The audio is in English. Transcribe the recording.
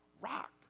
rock